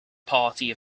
party